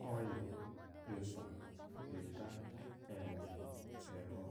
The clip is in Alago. Oye, epa, eta, ene, eho,